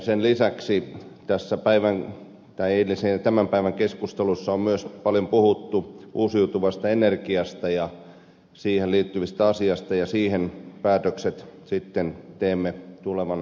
sen lisäksi eilisen ja tämän päivän keskusteluissa on myös paljon puhuttu uusiutuvasta energiasta ja siihen liittyvistä asioista ja siitä päätökset sitten teemme tulevan syksyn aikana